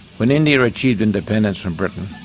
when india achieved independence from britain,